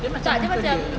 tak dia macam